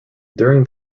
during